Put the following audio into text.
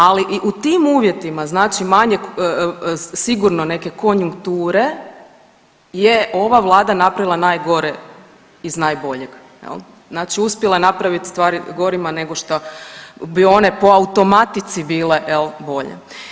Ali i u tim uvjetima manjak sigurno neke konjunkture je ova vlada napravila najgore iz najboljeg, znači uspjela je napraviti stvari gorima nego šta bi one po automatici bile bolje.